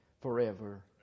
forever